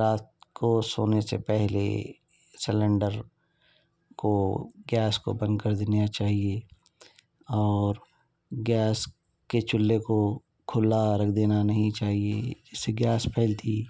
رات کو سونے سے پہلے سیلنڈر کو گیس کو بند کر دینا چاہیے اور گیس کے چولہے کو کھلا رکھ دینا نہیں چاہیے اس سے گیس پھیلتی